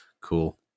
Cool